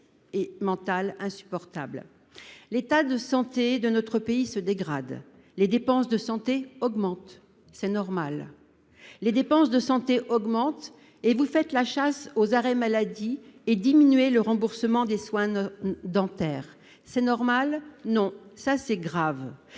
L'état de santé dans notre pays se dégrade. Les dépenses de santé augmentent : c'est normal. Vous faites la chasse aux arrêts maladie et diminuez le remboursement des soins dentaires. C'est normal ? Non. C'est grave.